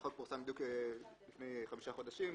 החוק פורסם בדיוק לפני חמישה חודשים,